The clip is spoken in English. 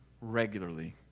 regularly